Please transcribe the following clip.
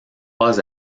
pas